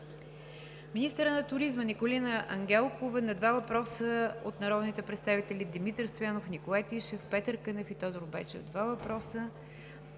министърът на туризма Николина Ангелкова – на два въпроса от народните представители Димитър Стоянов, Николай Тишев; Петър Кънев и Тодор Байчев (два въпроса);